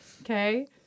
Okay